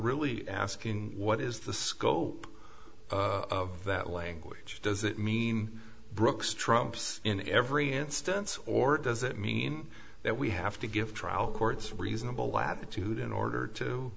really asking what is the scope of that language does it mean brooks trumps in every instance or does it mean that we have to give trial courts reasonable latitude in order to